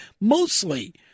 mostly